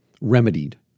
remedied